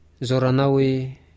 Zoranawi